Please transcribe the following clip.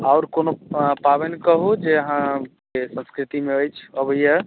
आओर कोनो पाबनि कहू जे अहाँ के संस्कृति मे अछि अबैया